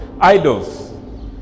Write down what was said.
idols